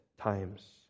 times